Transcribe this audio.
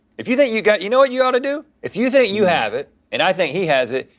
if you think you got it, you know what you ought to do? if you think you have it and i think he has it,